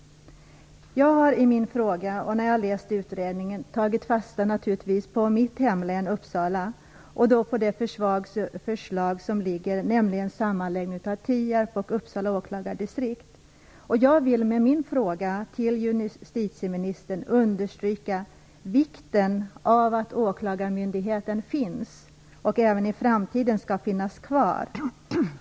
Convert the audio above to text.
Jag har i min fråga och när jag har läst utredningen givetvis tagit fasta på mitt hemlän, Uppsala län, och det förslag som ligger om sammanläggning av Tierps och Uppsala åklagardistrikt. Jag vill med min fråga till jusititieministern understryka vikten av att åklagarmyndigheten finns och även i framtiden skall finnas kvar.